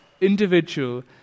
individual